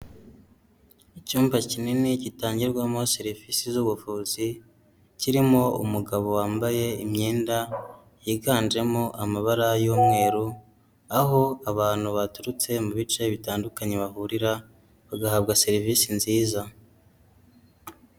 Icyumba kinini gitangirwamo serivisi z'ubuvuzi kirimo umugabo wambaye imyenda yiganjemo amabara y'umweru aho abantu baturutse mu bice bitandukanye bahurira bagahabwa serivisi nziza.